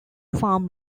farm